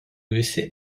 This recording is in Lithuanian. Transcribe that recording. visi